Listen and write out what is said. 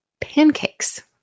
pancakes